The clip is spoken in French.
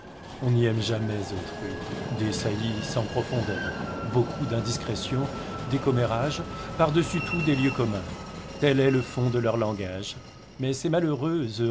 on n'y aime jamais autrui des saillies sans profondeur beaucoup d'indiscrétions des commérages par-dessus tout des lieux communs tel est le fond de leur langage mais ces malheureux